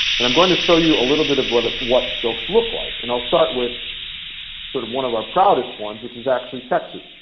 and i'm going to show you a little bit of what of what silks look like. and i'll start with sort of one of our proudest ones which is actually techsoup.